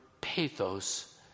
pathos